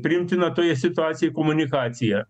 priimtiną toje situacijoje komunikaciją